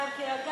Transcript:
הבעת עמדה מהצד,